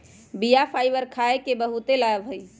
बीया फाइबर खाय के बहुते लाभ हइ